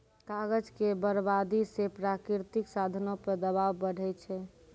कागज के बरबादी से प्राकृतिक साधनो पे दवाब बढ़ै छै